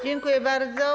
Dziękuję bardzo.